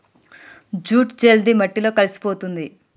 jute జల్ది మట్టిలో కలిసిపోతుంది